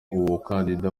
umukandida